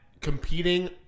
competing